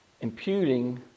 imputing